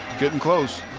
getting close.